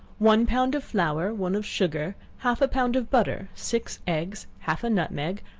one pound of flour, one of sugar, half a pound of butter, six eggs, half a nutmeg,